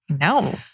No